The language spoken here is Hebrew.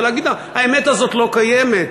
זה להגיד: האמת הזאת לא קיימת.